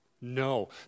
No